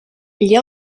gli